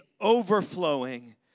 overflowing